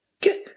Get